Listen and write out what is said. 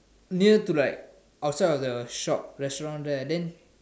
near to like outside of the shop restaurant there then